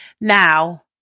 Now